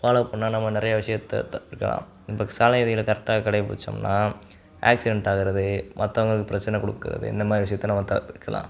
follow பண்ணால் நம்ம நிறையா விஷயத்தை கற்றுக்கலாம் இப்போ சாலை விதிகளை கரெட்டாக கடைப்பிடிததோம்ன்னா ஆக்சிடென்ட் ஆகுறது மற்றவங்களுக்கு பிரச்சனை கொடுக்கிறது இந்த மாதிரி விஷயத்தெல்லாம் நம்ம தவிர்க்கலாம்